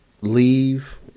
leave